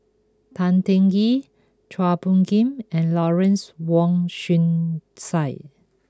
Tan Teng Kee Chua Phung Kim and Lawrence Wong Shyun Tsai